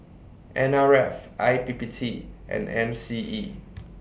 N R F I P P T and M C E